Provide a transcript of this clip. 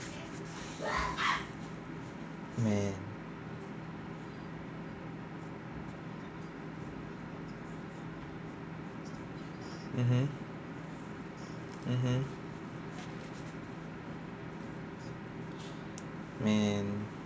man mmhmm mmhmm man